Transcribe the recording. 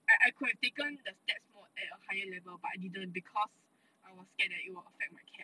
I I could have taken the stats mod at a higher level but I didn't because I was scared that it will affect my CAP